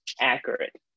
accurate